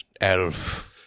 elf